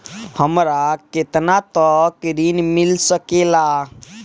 हमरा केतना तक ऋण मिल सके ला?